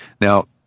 Now